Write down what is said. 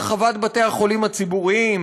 הרחבת בתי-החולים הציבוריים,